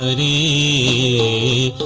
the